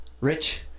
Rich